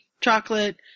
chocolate